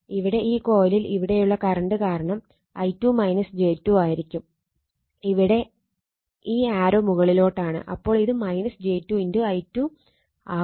ഇവിടെ ഈ കൊയിലിൽ ഇവിടെയുള്ള കറണ്ട് കാരണം i2 j 2 ആയിരിക്കും ഇവിടെ ഈ ആരോ മുകളിലോട്ടാണ് അപ്പോൾ ഇത് j 2 i2 ആവും